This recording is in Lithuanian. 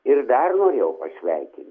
ir dar norėjau pasveikint